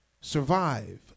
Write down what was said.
survive